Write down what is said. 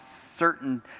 certain